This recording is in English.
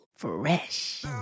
Fresh